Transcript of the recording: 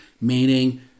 meaning